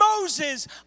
Moses